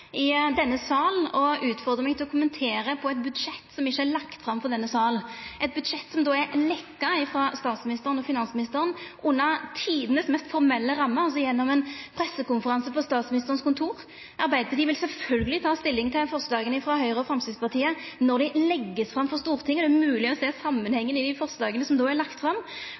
i denne salen og utfordrar meg til å kommentera eit budsjett som ikkje er lagt fram for denne salen – eit budsjett som har leke frå statsministeren og finansministeren si side, under tidenes mest formelle rammer, altså gjennom ein pressekonferanse på Statsministerens kontor. Arbeidarpartiet vil sjølvsagt ta stilling til forslaga frå Høgre og Framstegspartiet når dei vert lagde fram for Stortinget og det er mogleg å sjå samanhengen i forslaga som då er lagde fram.